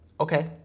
Okay